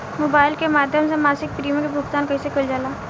Mobile के माध्यम से मासिक प्रीमियम के भुगतान कैसे कइल जाला?